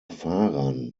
fahrern